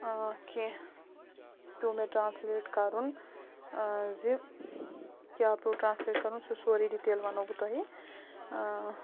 کیٚنٛہہ پیوٚو مےٚ ٹرٛانسلیٹ کَرُن زِ کیٛاہ پیوٚو ٹرٛانسلیٹ کَرُن سُہ سورُے ڈِٹیل وَنو بہٕ تۄہہِ